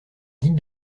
guides